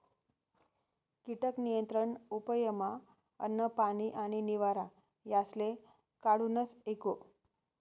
कीटक नियंत्रण उपयमा अन्न, पानी आणि निवारा यासले काढूनस एको